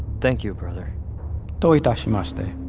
thank you, brother doitashimashite.